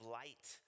light